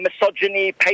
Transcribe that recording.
misogyny